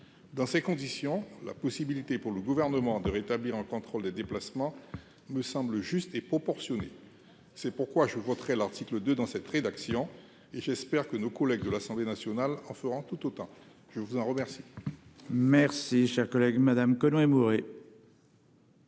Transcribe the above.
Dans ces conditions, la possibilité pour le Gouvernement de rétablir un contrôle des déplacements me semble juste et proportionnée. C'est pourquoi je voterai l'article 2 dans cette rédaction, en espérant que nos collègues de l'Assemblée nationale en feront tout autant. La parole est